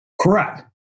Correct